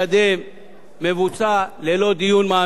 מבוצע, ללא דיון מעמיק והחלטות